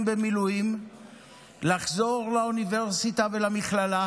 במילואים לחזור לאוניברסיטה ולמכללה,